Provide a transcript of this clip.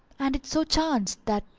and it so chanced that,